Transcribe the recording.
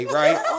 right